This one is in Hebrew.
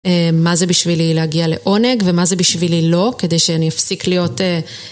מה זה בשבילי להגיע לעונג, ומה זה בשבילי לא, כדי שאני אפסיק להיות...